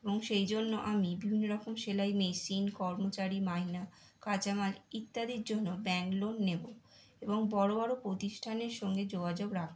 এবং সেই জন্য আমি বিভিন্ন রকম সেলাই মেশিন কর্মচারী মাইনা কাঁচামাল ইত্যাদির জন্য ব্যাংক লোন নেবো এবং বড়ো বড়ো প্রতিষ্ঠানের সঙ্গে যোগাযোগ রাখবো